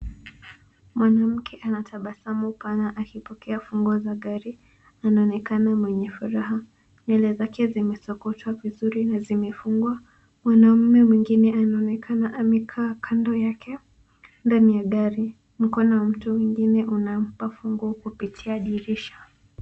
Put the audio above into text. Mwanamke ana tabasamu pana akipokea funguo za gari anaonekana mwenye furaha. Nywele zake zimesokotwa vizuri na zimefungwa. Mwanaume mwengine anaonekana amekaa kando yake ndani ya gari. Mkono wa mtu wengine unampa funguo kupitia dirisha.